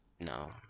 no